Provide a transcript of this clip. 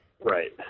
Right